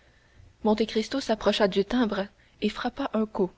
fumer monte cristo s'approcha du timbre et frappa un coup